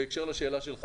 בהקשר לשאלה שלך,